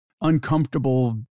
uncomfortable